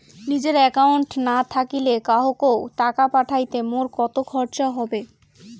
নিজের একাউন্ট না থাকিলে কাহকো টাকা পাঠাইতে মোর কতো খরচা হবে?